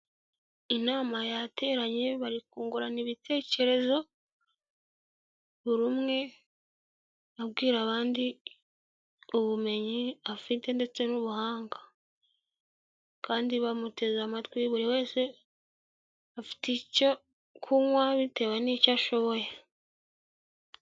Inama yateranye bari kungurana ibitekerezo buri umwe abwira abandi ubumenyi afite ndetse n'ubuhanga kandi bamuteze amatwi buri wese afite icyo kunywa bitewe n'icyo ashoboye.